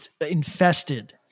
infested